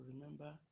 remember